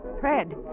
Fred